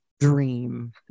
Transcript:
Dream